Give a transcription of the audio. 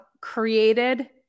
created